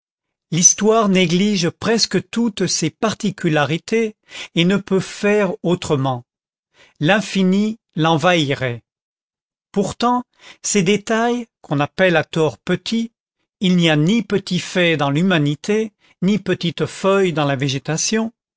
l'histoire néglige presque toutes ces particularités et ne peut faire autrement l'infini l'envahirait pourtant ces détails qu'on appelle à tort petits il n'y a ni petits faits dans l'humanité ni petites feuilles dans la